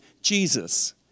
Jesus